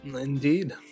indeed